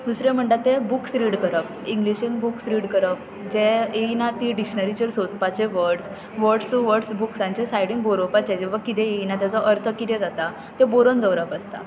दुसरें म्हणटा ते बुक्स रीड करप इंग्लिशीन बुक्स रीड करप जे येयना तीं डिक्शनरीचेर सोदपाचे वड्स वड्स टू वड्स बुक्सांचे सायडीन बरोवपाचे जेव्हा किदें येयना ताचो अर्थ किदें जाता ते बरोवन दवरप आसता